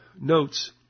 notes